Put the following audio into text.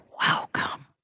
welcome